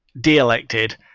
de-elected